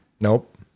Nope